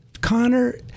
Connor